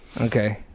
Okay